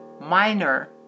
minor